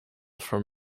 from